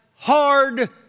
Hard